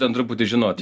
ten truputį žinoti